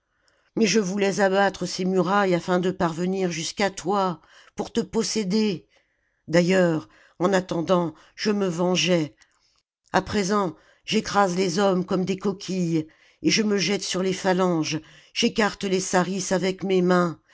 mais je voulais abattre ses murailles afin de parvenir jusqu'à toi pour te posséder d'ailleurs en attendant je me vengeais a présent j'écrase les hommes comme des coquilles et je me jette sur les phalanges j'écarte les sarisses avec mes mains